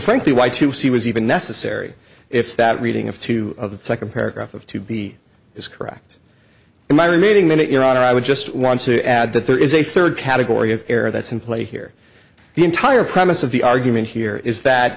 frankly why to see was even necessary if that reading of two of the second paragraph of to be is correct and my remaining minute your honor i would just want to add that there is a third category of error that's in play here the entire premise of the argument here is that